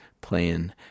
playing